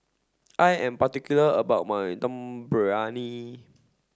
I am particular about my Dum Briyani